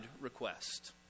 request